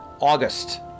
August